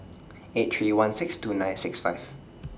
eight three one six two nine six five